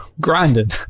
grinding